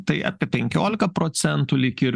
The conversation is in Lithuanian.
tai apie penkiolika procentų lyg ir